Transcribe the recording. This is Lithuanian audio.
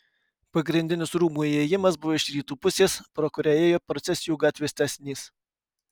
pagrindinis rūmų įėjimas buvo iš rytų pusės pro kurią ėjo procesijų gatvės tęsinys